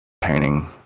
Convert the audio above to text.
painting